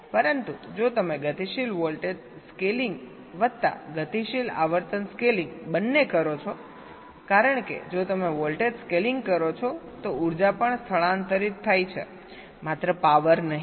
પરંતુ જો તમે ગતિશીલ વોલ્ટેજ સ્કેલિંગ વત્તા ગતિશીલ આવર્તન સ્કેલિંગ બંને કરો છોકારણ કે જો તમે વોલ્ટેજ સ્કેલિંગ કરો છો તો ઉર્જા પણ સ્થળાંતરીત થાય છે માત્ર પાવર નહીં